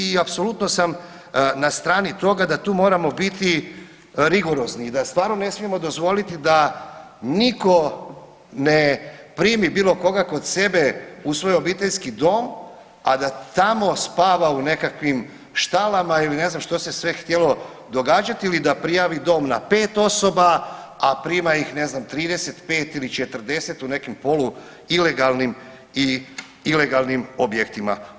I apsolutno sam na strani toga da tu moramo biti rigorozni i da stvarno ne smijemo dozvoliti da niko ne primi bilo koga kod sebe u svoj obiteljski dom, a da tamo spava u nekakvim štalama ili ne znam što se sve htjelo događati ili da prijavi dom na pet osoba, a prima ih ne znam 35 ili 40 u nekim polu ilegalnim ili ilegalnim objektima.